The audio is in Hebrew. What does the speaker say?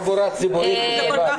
אין תחבורה ציבורית בשבת,